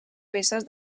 peces